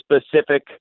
specific